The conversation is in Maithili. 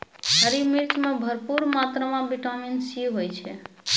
हरी मिर्च मॅ भरपूर मात्रा म विटामिन सी होय छै